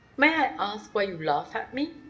may i ask why you laugh at me?